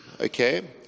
okay